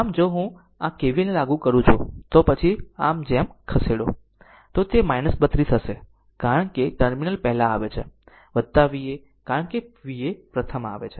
આમ જો હું આ KVL ને લાગુ કરું છું તો પછી જો આ જેમ ખસેડો તો તે 32 થશે કારણ કે ટર્મિનલ પહેલા આવે છે Va કારણ કે Va પ્રથમ આવે છે